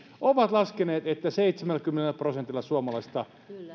ovat laskeneet että seitsemälläkymmenellä prosentilla suomalaisista